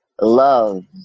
love